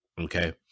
Okay